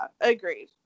agreed